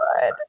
good